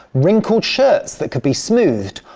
wrinkled shirts that could be smoothed,